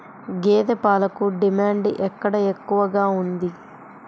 గేదె పాలకు డిమాండ్ ఎక్కడ ఎక్కువగా ఉంది?